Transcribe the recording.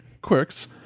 quirks